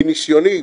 מניסיוני,